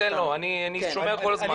אני אתן לו, אני שומע כל הזמן.